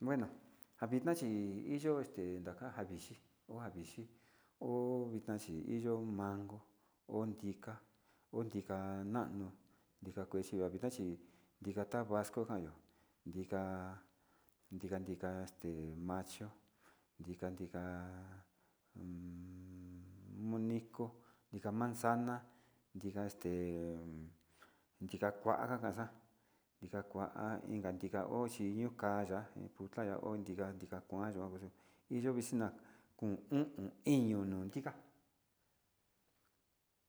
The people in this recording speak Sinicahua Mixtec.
Bueno njavina chi iyo itaka chi vixhi oha vixi ho vina chi iyo mango, ho rika ho rika nano, rika kuechi rika chi, rika tabasco kanyo, dika dika este mayo, dika dika moniko, dika manzana dika este kua kanxana xa'a, inka dika ochi ndiukaya dika ochi niu kaya'a he kuta ho dika dika kuan yuan yo iyo xina ko iin i iin iño nondi.